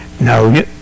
no